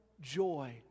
joy